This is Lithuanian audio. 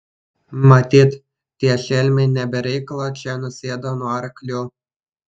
matyt tie šelmiai ne be reikalo čia nusėdo nuo arklių